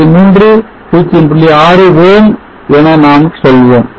6 ohm s என நாம் சொல்வோம்